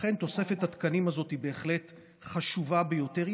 ולכן תוספת התקנים הזאת היא בהחלט חשובה ביותר.